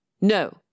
No